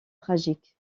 tragique